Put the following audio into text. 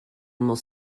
more